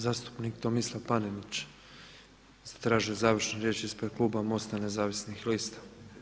Zastupnik Tomislav Panenić traži završnu riječ ispred kluba MOST-a nezavisnih lista.